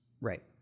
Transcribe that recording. Right